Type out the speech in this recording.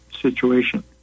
situation